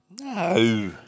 No